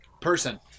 Person